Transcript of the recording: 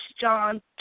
John